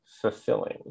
fulfilling